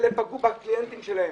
אלה פגעו בקליינטים שלהם.